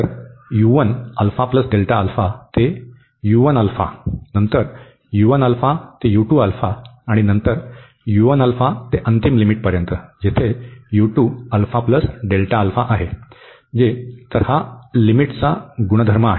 तर ते नंतर ते आणि नंतर ते अंतिम लिमिटपर्यंत तेथे आहे जे तर हा लिमिटचा गुणधर्म आहे